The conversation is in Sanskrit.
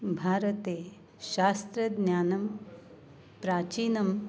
भारते शास्त्रज्ञानं प्राचीनम्